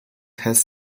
has